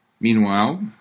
Meanwhile